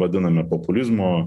vadiname populizmo